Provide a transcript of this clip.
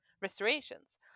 restorations